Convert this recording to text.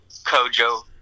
kojo